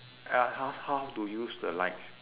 uh how how to use the lights